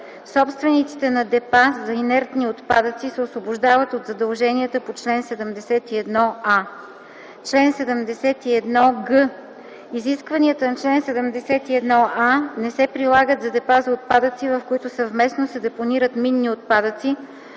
Собствениците на депа за инертни отпадъци се освобождават от задълженията по чл. 71а. Чл. 71г. Изискванията на чл. 71а не се прилагат за депа за отпадъци, в които съвместно се депонират минни отпадъци